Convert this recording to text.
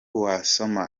wasoma